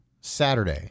Saturday